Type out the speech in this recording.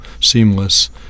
seamless